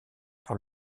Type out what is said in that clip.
par